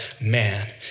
man